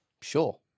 Sure